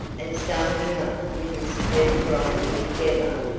and starting up with his teeth grinding together,